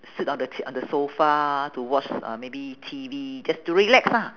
sit on the T on the sofa to watch uh maybe T_V just to relax lah